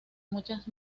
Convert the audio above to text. muchas